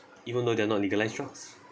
even though they are not legalised drugs